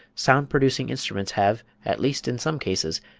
sound-producing instruments have, at least in some cases,